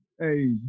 Hey